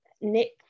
Nick